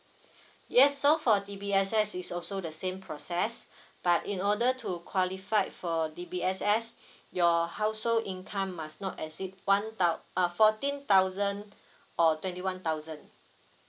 yes so for D_B_S_S it's also the same process but in order to qualify for the D_B_S_S your household income must not exceed one thou~ uh fourteen thousand or twenty one thousand